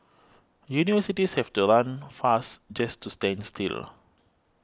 universities have to run fast just to stand still